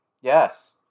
Yes